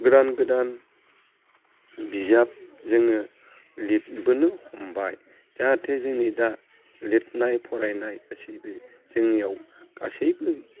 गोदान गोदान बिजाब जोङो लिरबोनो हमबाय जाहाथे जोंनि दा लिरनाय फरायनाय गासैबो जोंनियाव गासैबो